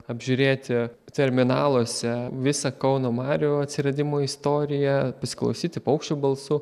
apžiūrėti terminaluose visą kauno marių atsiradimo istoriją pasiklausyti paukščių balsų